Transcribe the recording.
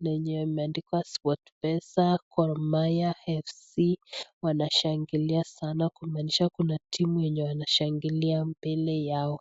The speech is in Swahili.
na yenye imeandikwa Sportpesa, Gor Mahia Fc wanashangilia sana kumaanisha kuna timu yenye wanashangilia mbele yao.